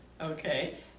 Okay